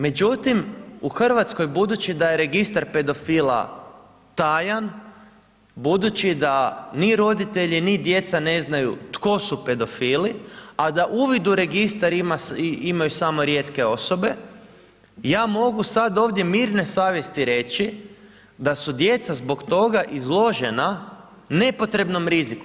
Međutim u Hrvatskoj budući da je registar pedofila tajan, budući da ni roditelji ni djeca ne znaju tko su pedofili a da uvid u registar imaju samo rijetke osobe, ja mogu sad ovdje mirne savjesti reći da su djeca zbog toga izložena nepotrebnom riziku.